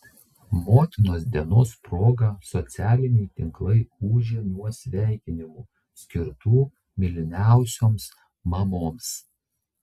motinos dienos proga socialiniai tinklai ūžė nuo sveikinimų skirtų mylimiausioms mamoms